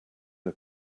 are